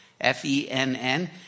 F-E-N-N